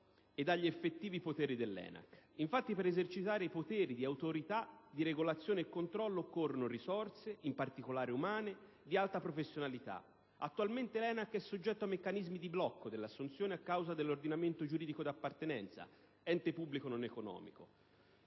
e agli effettivi poteri dell'ENAC. Infatti, per esercitare i poteri di autorità di regolazione e controllo occorrono risorse (in particolare umane) di alta professionalità. Attualmente l'ENAC è soggetto ai meccanismi di blocco delle assunzioni a causa dell'ordinamento giuridico di appartenenza (ente pubblico non economico).